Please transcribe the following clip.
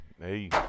Hey